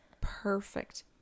perfect